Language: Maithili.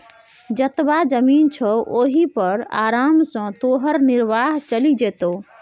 जतबा जमीन छौ ओहि पर आराम सँ तोहर निर्वाह चलि जेतौ